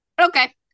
okay